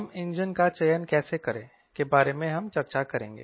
हम इंजन का चयन कैसे करें के बारे में चर्चा करेंगे